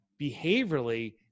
Behaviorally